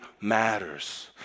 matters